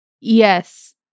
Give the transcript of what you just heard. Yes